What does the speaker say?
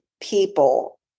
people